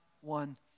one